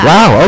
Wow